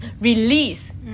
Release